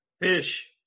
Fish